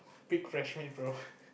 pick fresh maid mate bro